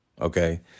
Okay